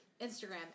Instagram